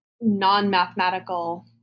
non-mathematical